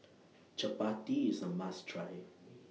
Chappati IS A must Try